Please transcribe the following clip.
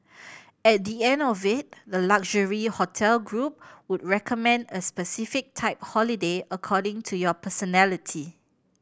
at the end of it the luxury hotel group would recommend a specific type holiday according to your personality